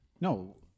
no